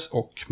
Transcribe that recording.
och